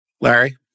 Larry